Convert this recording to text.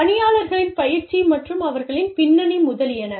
பணியாளர்களின் பயிற்சி மற்றும் அவர்களின் பின்னணி முதலியன